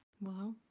Wow